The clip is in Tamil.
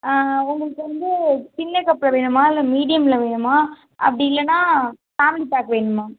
உங்களுக்கு வந்து சின்ன கப்பில் வேணுமா இல்லை மீடியம்மில் வேணுமா அப்படி இல்லைன்னா ஃபேமிலி பேக் வேணுமா